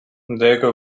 деяка